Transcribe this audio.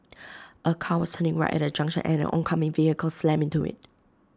A car was turning right at A junction and an oncoming vehicle slammed into IT